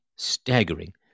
staggering